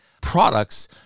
products